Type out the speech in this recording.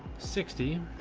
sixty.